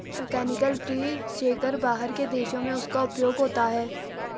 mechanical tree shaker बाहर के देशों में उसका उपयोग होता है